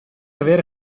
avere